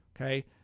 okay